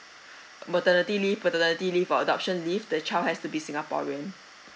maternity leave paternity leave for adoption leave the child has to be singaporean